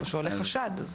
או שעולה חשד,